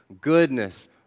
goodness